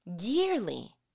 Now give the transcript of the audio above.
yearly